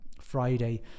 Friday